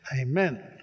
Amen